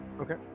Okay